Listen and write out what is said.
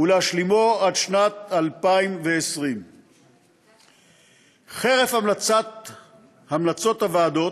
ולהשלימו עד שנת 2020. חרף המלצות הוועדות,